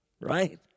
Right